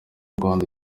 rwanda